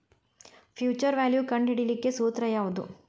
Future value ಕಂಢಿಡಿಲಿಕ್ಕೆ ಸೂತ್ರ ಯಾವ್ದು?